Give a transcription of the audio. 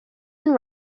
and